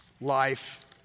life